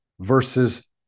versus